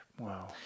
Wow